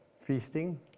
feasting